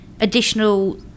additional